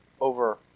over